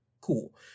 cool